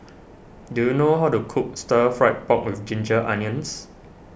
do you know how to cook Stir Fried Pork with Ginger Onions